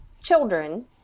children